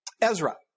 Ezra